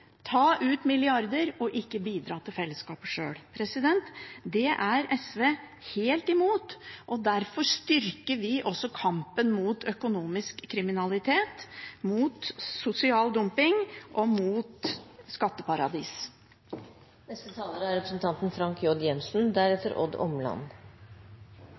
ta ut milliarder og ikke bidra til fellesskapet sjøl. Det er SV helt imot, og derfor styrker vi også kampen mot økonomisk kriminalitet, mot sosial dumping og mot skatteparadis. Er